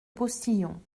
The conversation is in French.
postillon